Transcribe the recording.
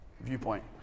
viewpoint